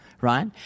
right